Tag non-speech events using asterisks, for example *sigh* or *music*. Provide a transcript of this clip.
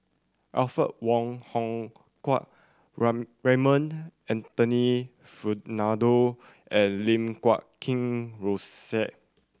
Alfred Wong Hong Kwok *unintelligible* Raymond Anthony Fernando and Lim Guat Kheng Rosie